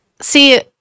See